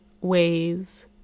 ways